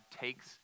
takes